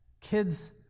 kids